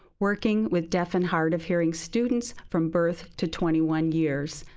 working with deaf and hard of hearing students from birth to twenty one years.